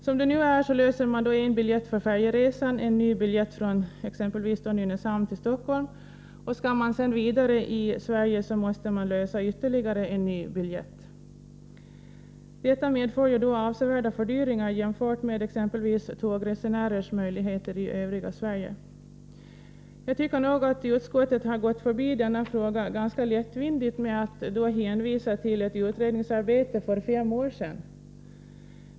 Som det nu är löser man en biljett för färjeresan och sedan en ny biljett från exempelvis Nynäshamn till Stockholm. Skall man sedan vidare i Sverige måste man lösa ytterligare en ny biljett. Detta medför avsevärda fördyringar jämfört med exempelvis tågresenärer i Övriga Sverige. Jag tycker att utskottet gått förbi denna fråga ganska lättvindigt när man hänvisar till ett utredningsarbete som gjordes för fem år sedan.